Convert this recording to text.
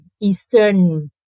Eastern